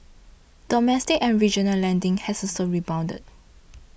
domestic and regional lending has also rebounded